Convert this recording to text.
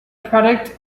product